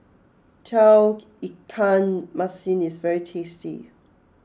Tauge Ikan Masin is very tasty